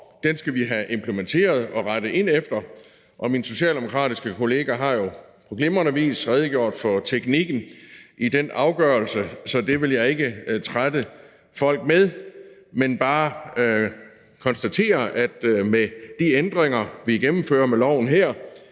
Den skal vi have implementeret og rette ind efter. Min socialdemokratiske kollega har jo på glimrende vis redegjort for teknikken i den afgørelse, så det vil jeg ikke trætte folk med. Men jeg vil bare konstatere, at med de ændringer, vi gennemfører med loven her,